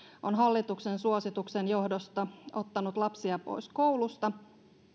on hallituksen suosituksen johdosta ottanut lapsia pois koulusta